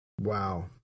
Wow